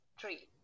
three